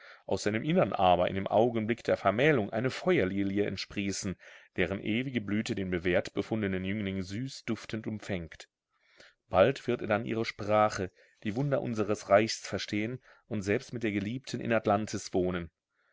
aus seinem innern aber in dem augenblick der vermählung eine feuerlilie entsprießen deren ewige blüte den bewährt befundenen jüngling süß duftend umfängt bald wird er dann ihre sprache die wunder unseres reichs verstehen und selbst mit der geliebten in atlantis wohnen